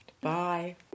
Bye